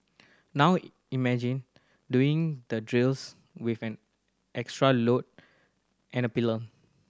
now imagine doing the drills with an extra load and a pillion